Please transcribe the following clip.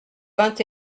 vingt